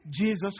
Jesus